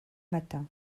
matin